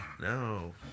No